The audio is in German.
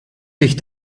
sich